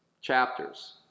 chapters